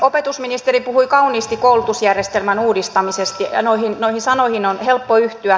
opetusministeri puhui kauniisti koulutusjärjestelmän uudistamisesta ja noihin sanoihin on helppo yhtyä